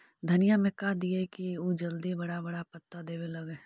धनिया में का दियै कि उ जल्दी बड़ा बड़ा पता देवे लगै?